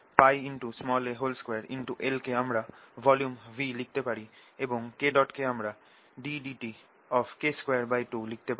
a2 l কে আমরা volume V লিখতে পারি এবং K কে আমরা ddtK22 লিখতে পারি